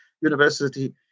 University